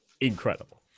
Incredible